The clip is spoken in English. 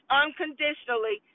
unconditionally